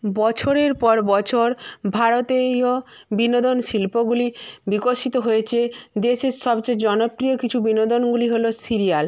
বছরের পর বছর ভারতীয় বিনোদন শিল্পগুলি বিকশিত হয়েছে দেশের সবচেয়ে জনপ্রিয় কিছু বিনোদনগুলি হলো সিরিয়াল